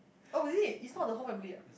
oh is it it's not the whole family ah